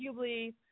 arguably